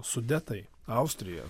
sudetai austrija